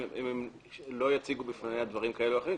הם לא יציגו בפניה דברים כאלו ואחרים.